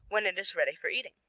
when it is ready for eating.